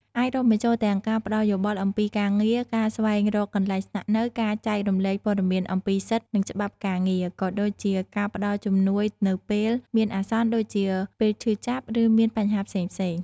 អាចរាប់បញ្ចូលទាំងការផ្ដល់យោបល់អំពីការងារ ការស្វែងរកកន្លែងស្នាក់នៅ ការចែករំលែកព័ត៌មានអំពីសិទ្ធិ និងច្បាប់ការងារ ក៏ដូចជាការផ្ដល់ជំនួយនៅពេលមានអាសន្ន ដូចជាពេលឈឺចាប់ ឬមានបញ្ហាផ្សេងៗ ។